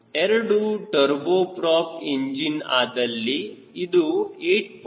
ಎರಡು turboprop engine ಆದಲ್ಲಿ ಇದು 8